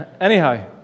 Anyhow